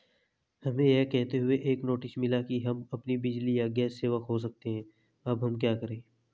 हमें यह कहते हुए एक नोटिस मिला कि हम अपनी बिजली या गैस सेवा खो सकते हैं अब हम क्या करें?